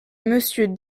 monsieur